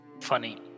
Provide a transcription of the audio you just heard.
Funny